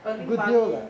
earning money